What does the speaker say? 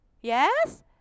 Yes